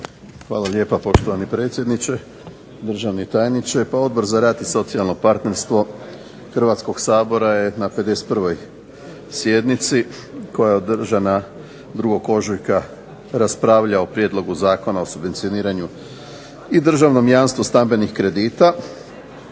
Hvala lijepa poštovani predsjedniče, državni tajniče. Pa Odbor za rad i socijalno partnerstvo Hrvatskog sabora je na 51. sjednici koja je održana 2. ožujka raspravljao o Prijedlogu zakona o subvencioniranju i državnom jamstvu stambenih kredita.